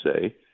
say